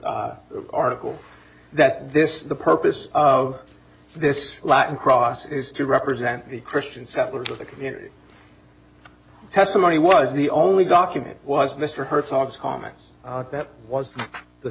g article that this the purpose of this latin cross is to represent the christian settlers of the community testimony was the only document was mr herzog's comments that was the t